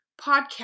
podcast